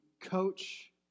coach